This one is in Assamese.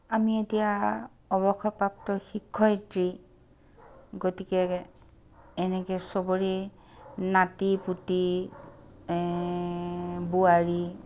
আমি এতিয়া অৱসৰপ্ৰাপ্ত শিক্ষয়িত্ৰী গতিকে এনেকে চবৰে নাতিপুতি বোৱাৰী